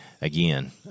again